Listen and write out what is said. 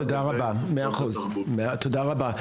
תודה רבה,